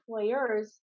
employers